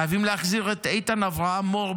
חייבים להחזיר את איתן אברהם מור,